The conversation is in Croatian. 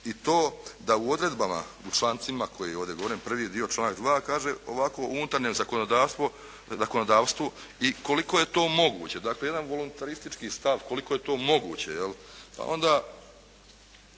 i to da u odredbama u člancima koji ovdje govorim, prvi dio članak 2. kaže ovako, u unutarnjem zakonodavstvu i koliko je to moguće, dakle jedan voluntaristički stav koliko je to moguće, je li.